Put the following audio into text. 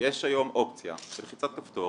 יש היום אופציה של לחיצת כפתור